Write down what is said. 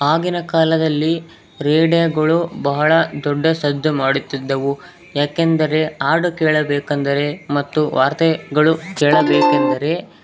ಆಗಿನ ಕಾಲದಲ್ಲಿ ರೇಡಿಯೋಗಳು ಬಹಳ ದೊಡ್ಡ ಸದ್ದು ಮಾಡುತ್ತಿದ್ದವು ಯಾಕೆಂದರೆ ಹಾಡು ಕೇಳಬೇಕಂದರೆ ಮತ್ತು ವಾರ್ತೆಗಳು ಕೇಳಬೇಕೆಂದರೆ